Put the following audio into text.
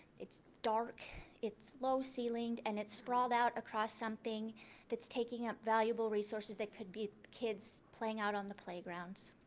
it's dark it's low ceilinged and it's sprawled out across something that's taking up valuable resources that could be kids playing out on the playgrounds.